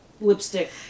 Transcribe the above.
lipstick